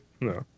No